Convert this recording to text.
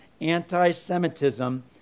anti-Semitism